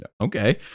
Okay